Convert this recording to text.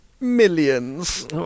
millions